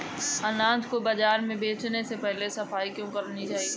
अनाज को बाजार में बेचने से पहले सफाई क्यो करानी चाहिए?